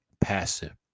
passive